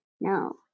no